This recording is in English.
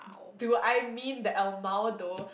do I mean the lmao though